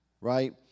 right